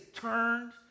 turned